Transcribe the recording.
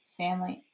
family